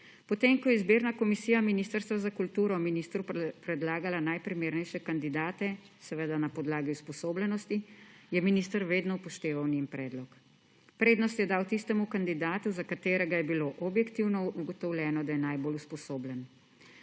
Potem ko je izbirna komisija Ministrstva za kulturo ministru predlagala najprimernejše kandidate, seveda na podlagi usposobljenosti, je minister vedno upošteval njen predlog. Prednost je dal tistemu kandidatu, za katerega je bilo objektivno ugotovljeno, da je najbolj usposobljen.